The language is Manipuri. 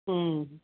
ꯎꯝ